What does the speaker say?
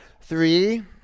Three